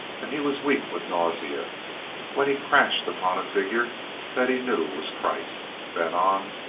and he was weak with nausea when he crashed upon a figure that he knew, was kreiss. then on,